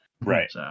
right